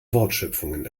wortschöpfungen